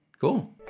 cool